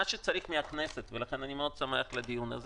מה שצריך מהכנסת, ולכן אני מאוד שמח על הדיון הזה,